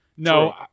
No